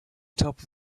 top